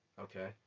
okay